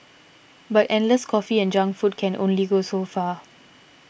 but endless coffee and junk food can only go so far